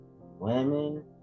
women